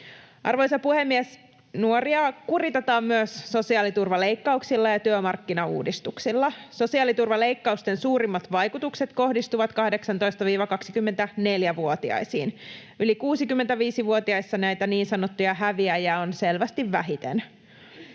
Arvoisa puhemies! Nuoria kuritetaan myös sosiaaliturvaleikkauksilla ja työmarkkinauudistuksilla. Sosiaaliturvaleikkausten suurimmat vaikutukset kohdistuvat 18—24-vuotiaisiin. Yli 65-vuotiaissa näitä niin sanottuja häviäjiä on selvästi vähiten.